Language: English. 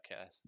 okay